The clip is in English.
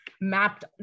mapped